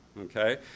okay